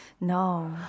No